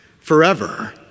forever